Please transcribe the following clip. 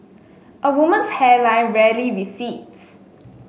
a woman's hairline rarely recedes